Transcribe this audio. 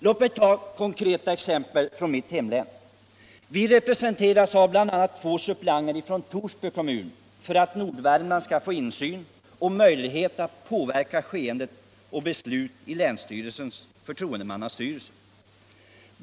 Låt mig ta konkreta exempel från mitt hemlän: Vi representeras av bl.a. två suppleanter från Torsby kommun för att Nordvärmland skall få insyn och möjlighet att påverka skeenden och beslut i länsstyrelsens förtroendemannastyrelse.